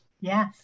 Yes